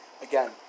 Again